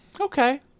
Okay